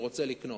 ורוצה לקנות,